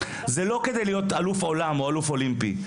זה לא כדי להיות אלוף עולם או אלוף אולימפי.